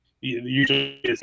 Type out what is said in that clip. usually